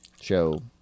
show